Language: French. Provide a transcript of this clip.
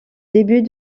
début